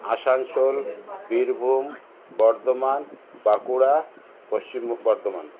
Asansol Birbhum Bardhaman Bankura Paschim Bardhaman